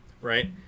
right